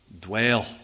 dwell